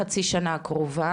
כלומר לחצי השנה הקרובה,